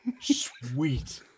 Sweet